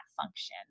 function